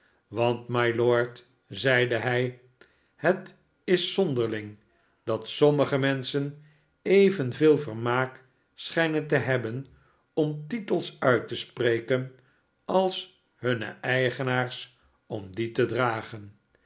iwant mylord zeide hij het is zonderling dat sommige menschen evenveel vermaak schijnen te hebben om titels uit te spreken als hunne eigenaars om die te dragen